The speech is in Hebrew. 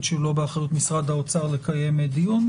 שהוא לא באחריות משרד האוצר לקיים דיון.